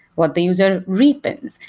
what the user re-pins?